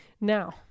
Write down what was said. Now